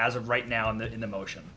as of right now in that in the motion